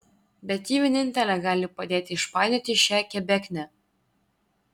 bet ji vienintelė gali padėti išpainioti šią kebeknę